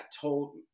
told